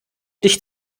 dich